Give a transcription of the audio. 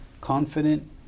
confident